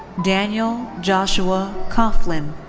daniel joshua coughlin.